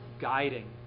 guiding